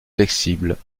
flexible